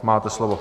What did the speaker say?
Máte slovo.